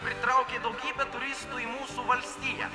pritraukė daugybę turistų į mūsų valstiją